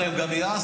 די.